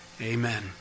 amen